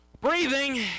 breathing